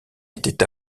était